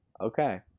okay